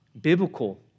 biblical